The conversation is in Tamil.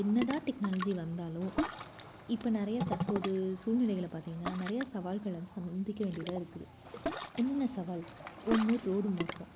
என்ன தான் டெக்னாலஜி வந்தாலும் இப்போ நிறைய தற்போது சூழ்நிலைகளை பார்த்தீங்கன்னா நிறைய சவால்களை சந்திக்க வேண்டியதாக இருக்குது என்னென்ன சவால் ஒன்று ரோடு மோசம்